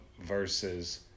versus